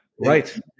Right